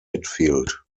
midfield